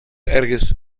ergens